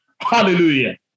Hallelujah